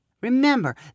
Remember